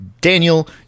Daniel